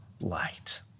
light